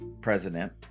president